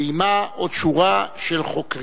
ועמה עוד שורה של חוקרים.